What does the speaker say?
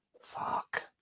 Fuck